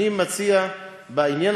בעניין הזה אני מציע להביא את הנושא